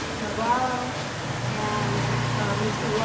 navarro and mr. ah